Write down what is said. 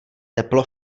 teplo